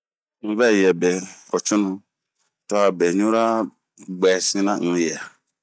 nyiŋɛ yɛbe cunu to a beɲura bwɛsinaun yɛ